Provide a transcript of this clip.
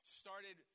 started